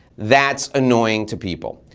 that's annoying to people.